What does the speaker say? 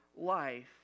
life